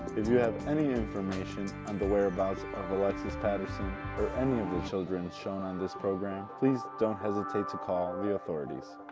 if you have any information on the whereabouts of alexis patterson or any of the children shown on this program, please don't hesitate to call the authorities.